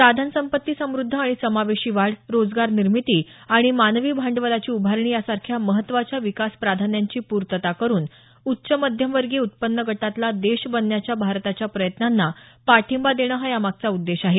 साधनसंपत्तीसमुद्ध आणि समावेशी वाढ रोजगार निर्मिती आणि मानवी भांडवलाची उभारणी यासारख्या महत्वाच्या विकास प्राधान्यांची पूर्तता करून उच्च मध्यमवर्गीय उत्पन्न गटातला देश बनण्याच्या भारताच्या प्रयत्नांना पाठिंबा देणं हा यामागचा उद्देश आहे